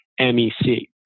MEC